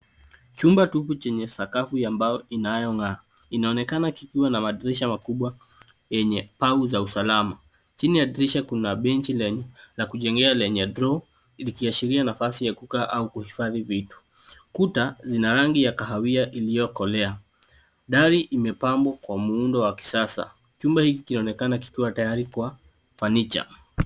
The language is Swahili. Chumba tupu chenye sakafu ya mbao inayong'aa, inaonekana kikiwa na madirisha makubwa yenye pau za usalama, chini ya dirisha kuna benchi lenye la kujengea lenye draw likiashiria nafasi ya kukaa, kuhifadhia vitu. Kuta zina rangi ya kahawia iliokolea, dari imepambwa kwa muundo wa kisasa. Chumba hiki kinaonekana kikiwa tayari kwa, fanicha .